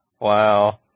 Wow